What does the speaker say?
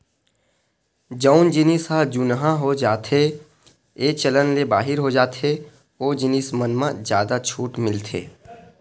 जउन जिनिस ह जुनहा हो जाथेए चलन ले बाहिर हो जाथे ओ जिनिस मन म जादा छूट मिलथे